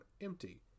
empty